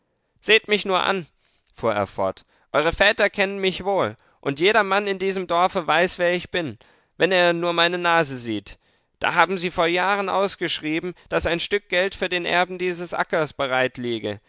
seht mich nur an fuhr er fort eure väter kennen mich wohl und jedermann in diesem dorfe weiß wer ich bin wenn er nur meine nase sieht da haben sie vor jahren ausgeschrieben daß ein stück geld für den erben dieses ackers